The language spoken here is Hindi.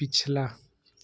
पिछला